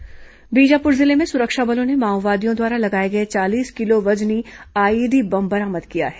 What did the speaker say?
माओवादी आईईडी बरामद बीजापुर जिले में सुरक्षा बलों ने माओवादियों द्वारा लगाए गए चालीस किलो वजनी आईईडी बम बरामद किया है